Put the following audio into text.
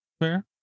fair